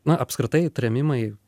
na apskritai trėmimai